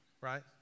Right